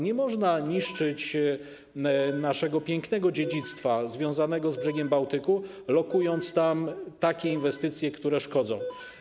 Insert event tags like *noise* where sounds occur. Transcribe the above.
Nie można *noise* niszczyć naszego pięknego dziedzictwa związanego z brzegiem Bałtyku, lokując tam takie inwestycje, które szkodzą.